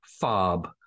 fob